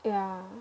ya